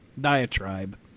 diatribe